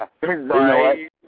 Right